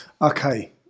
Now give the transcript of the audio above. Okay